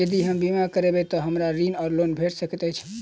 यदि हम बीमा करबै तऽ हमरा ऋण वा लोन भेट सकैत अछि?